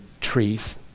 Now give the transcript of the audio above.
Trees